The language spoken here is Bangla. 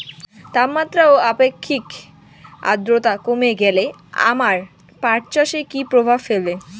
তাপমাত্রা ও আপেক্ষিক আদ্রর্তা কমে গেলে আমার পাট চাষে কী প্রভাব ফেলবে?